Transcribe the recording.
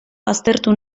baztertu